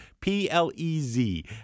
P-L-E-Z